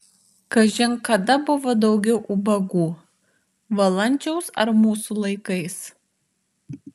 kažin kada buvo daugiau ubagų valančiaus ar mūsų laikais